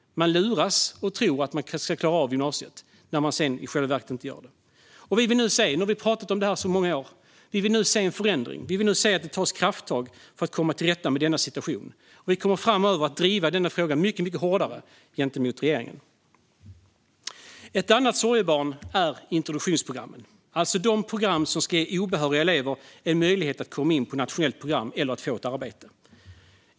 De luras att tro att de ska klara av gymnasiet när de sedan i själva verket inte gör det. Vi har talat om detta i så många år, och vi vill nu se en förändring. Vi vill se att det tas krafttag för att komma till rätta med denna situation, och vi kommer framöver att driva denna fråga mycket hårdare gentemot regeringen. Ett annat sorgebarn är introduktionsprogrammen, alltså de program som ska ge obehöriga elever en möjlighet att komma in på ett nationellt program eller att få ett arbete.